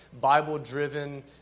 Bible-driven